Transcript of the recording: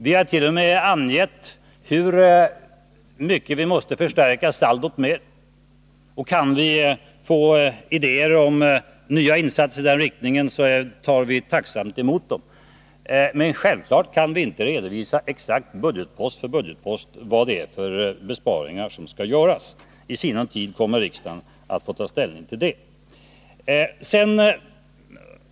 Vi har t.o.m. angett hur mycket vi måste förstärka saldot med. Och kan vi få idéer om nya insatser i den riktningen tar vi tacksamt emot dem. Men självfallet kan vi inte redovisa exakt budgetpost för budgetpost vilka besparingar som skall göras. I sinom tid kommer riksdagen att få ta ställning till det.